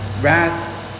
wrath